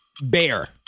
Bear